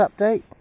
update